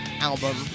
album